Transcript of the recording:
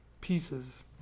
pieces